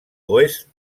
oest